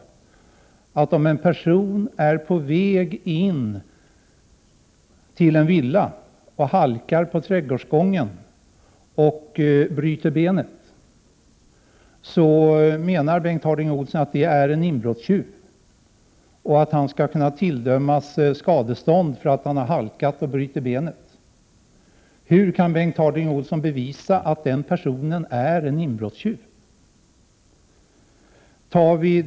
Det första exemplet gäller en person som är på väg in i en villa men som halkar på trädgårdsgången och bryter benet. Bengt Harding Olson menar alltså att denna person är en inbrottstjuv och att denne skall kunna tilldömas skadestånd för att han halkat och brutit benet. Men hur kan Bengt Harding Olson bevisa att personen är en inbrottstjuv?